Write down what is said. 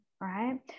right